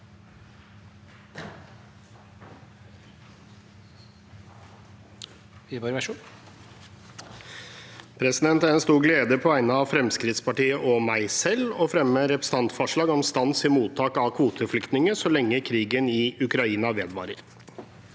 Det er en stor glede for meg på vegne av Fremskrittspartiet og meg selv å fremme et representantforslag om stans i mottak av kvoteflyktninger så lenge krigen i Ukraina vedvarer.